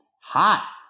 hot